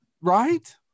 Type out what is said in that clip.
Right